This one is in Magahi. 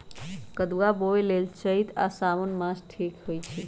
कदुआ बोए लेल चइत आ साओन मास ठीक होई छइ